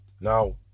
now